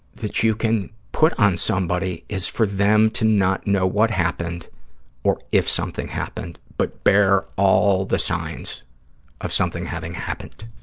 that you can put on somebody, is for them to not know what happened or if something happened, but bear all the signs of something having happened.